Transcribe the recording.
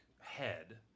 head